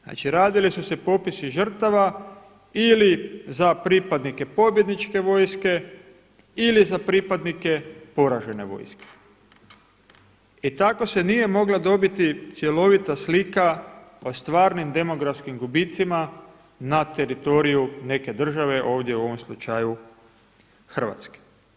Znači radili su se popisi žrtava ili za pripadnike pobjedničke vojske ili za pripadnike poražene vojske i tako se nije mogla dobiti cjelovita slika o stvarnim demografskim gubicima na teritoriju neke države ovdje u ovom slučaju Hrvatske.